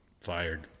fired